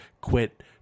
quit